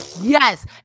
Yes